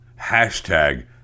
hashtag